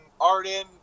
Arden